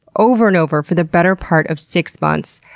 over and over for the better part of six months.